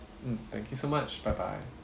mm thank you so much bye bye